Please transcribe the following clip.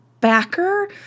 backer